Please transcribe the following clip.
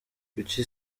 kuki